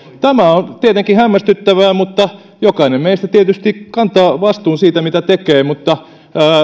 tämä on tietenkin hämmästyttävää jokainen meistä tietysti kantaa vastuun siitä mitä tekee mutta